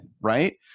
right